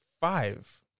five